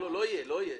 לא, לא יהיה.